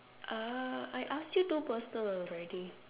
uh I asked you two personal already